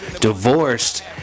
divorced